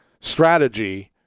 strategy